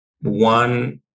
one